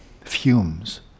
fumes